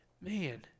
man